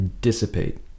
dissipate